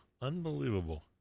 Unbelievable